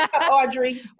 Audrey